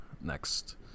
next